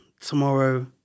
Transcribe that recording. tomorrow